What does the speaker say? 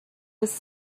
was